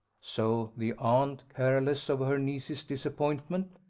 so the aunt, careless of her niece's disappointment,